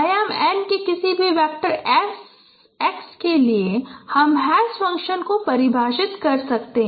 आयाम n के किसी भी वेक्टर x के लिए हम हैश फ़ंक्शन को परिभाषित कर सकते हैं